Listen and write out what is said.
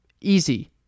Easy